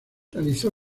realizó